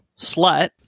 slut